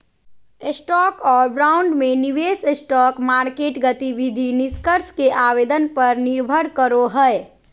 stock और bond में निवेश स्टॉक मार्केट गतिविधि निष्कर्ष के आवेदन पर निर्भर करो हइ